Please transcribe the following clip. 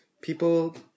people